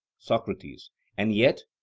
socrates and yet,